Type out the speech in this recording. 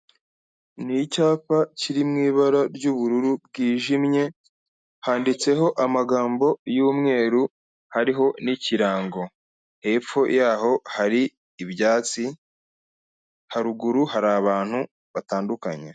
Ni icyapa kiri mu ibara ry'ubururu bwijimye, handitseho amagambo y'umweru hariho n'ikirango, hepfo yaho hari ibyatsi, haruguru hari abantu batandukanye.